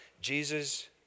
Jesus